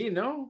no